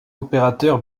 opérateur